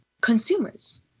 consumers